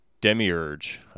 Demiurge